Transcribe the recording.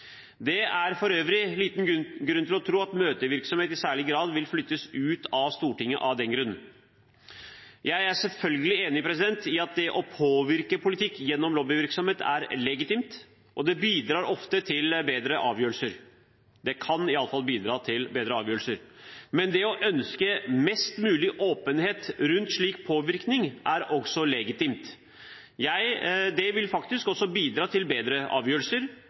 Det er for øvrig liten grunn til å tro at møtevirksomhet i særlig grad vil flyttes ut av Stortinget av den grunn. Jeg er selvfølgelig enig i at det å påvirke politikk gjennom lobbyvirksomhet er legitimt, og det bidrar ofte til bedre avgjørelser. Det kan iallfall bidra til bedre avgjørelser. Men det å ønske mest mulig åpenhet rundt slik påvirkning er også legitimt. Den åpenheten vil faktisk også bidra til bedre avgjørelser.